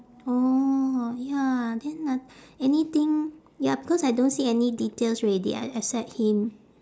orh ya then no~ anything ya because I don't see any details already e~ except him